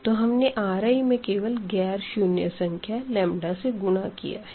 तो हमने Ri में केवल गैर शुन्य संख्या लंबदा से गुणा किया है